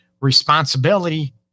responsibility